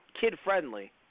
kid-friendly